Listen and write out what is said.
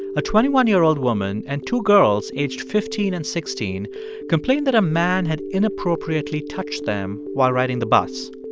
a twenty one year old woman and two girls aged fifteen and sixteen complained that a man had inappropriately touched them while riding the bus.